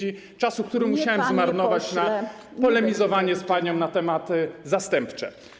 Nie. ...czasu, który musiałem zmarnować na polemizowanie z panią na tematy zastępcze.